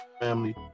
family